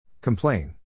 Complain